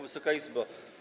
Wysoka Izbo!